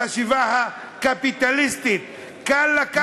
החשיבה הקפיטליסטית: קל לקחת,